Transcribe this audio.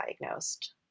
diagnosed